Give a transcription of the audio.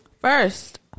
First